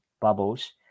bubbles